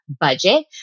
budget